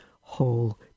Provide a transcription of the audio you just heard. whole